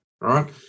right